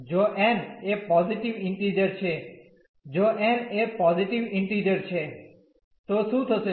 જો n એ positive integer છે જો n એ પોઝીટીવ ઇન્ટીઝર છે તો શું થશે